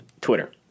Twitter